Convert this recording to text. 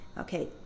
Okay